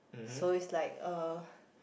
so it's like uh